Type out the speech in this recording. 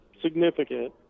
significant